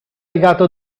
legato